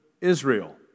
Israel